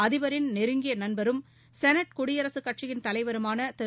அதிபரின் நெருங்கிய நண்பரும் செனட் குடியரசுக் கட்சி தலைவருமான திரு